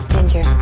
Ginger